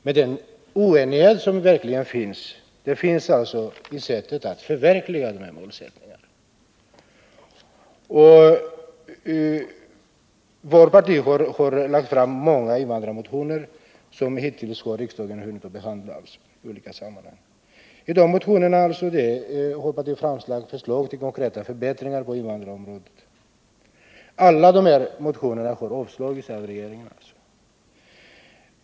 Men den oenighet som verkligen finns ligger i sättet att förverkliga målsättningarna. Vårt parti har lagt fram många invandrarmotioner, varav riksdagen hittills hunnit behandla en del i olika sammanhang. I de motionerna har vi framställt förslag till konkreta förbättringar på invandrarområdet. Men alla de här motionerna har blivit avslagna.